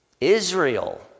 Israel